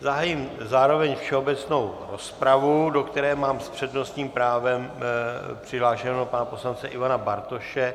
Zahájím zároveň všeobecnou rozpravu, do které mám s přednostním právem přihlášeného pana poslance Ivana Bartoše.